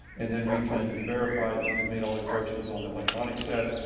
and then we can verify that you've made all the corrections on the electronic set.